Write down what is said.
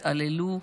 התעללו,